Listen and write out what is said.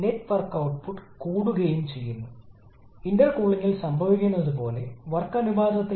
cycle കാര്യക്ഷമതയുടെ വ്യത്യാസമാണിത് സമ്മർദ്ദ അനുപാതത്തിൽ